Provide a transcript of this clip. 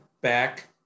back